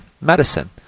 medicine